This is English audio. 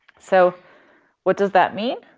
so what does that mean?